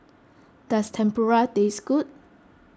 does Tempura taste good